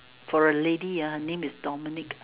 for a lady ah her name is Dominique